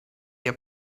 your